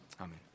Amen